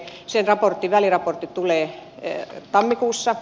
sen väliraportti tulee tammikuussa